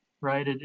right